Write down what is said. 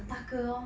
很大个 orh